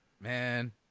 Man